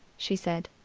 she said.